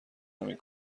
همین